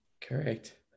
correct